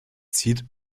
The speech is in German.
zieht